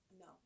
No